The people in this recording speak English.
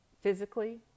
physically